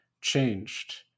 changed